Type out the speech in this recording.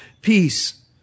Peace